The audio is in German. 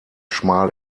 schmal